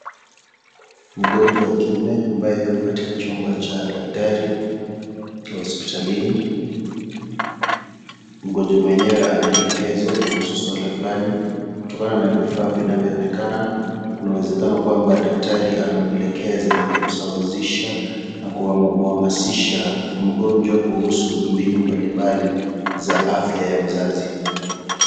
Mgonjwa wa kiume ambaye yuko katika chumba cha daktari, hospitalini, mgonjwa mwenyewe anaelekezwa kuhusu swala fulani kutokana na vifaa vinavyoonekana, kuna uwezekano kwamba daktari anamwelekeza na kumsawazisha na kumhamasisha mgonjwa kuhusu mbinu mbalimbali za afya ya uzazi.